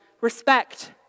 respect